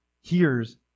hears